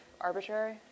arbitrary